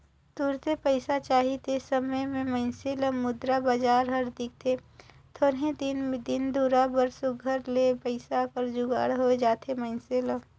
तुरते पइसा चाही ते समे में मइनसे ल मुद्रा बजार हर दिखथे थोरहें दिन दुरा बर सुग्घर ले पइसा कर जुगाड़ होए जाथे मइनसे ल